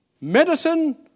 Medicine